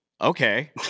okay